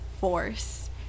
force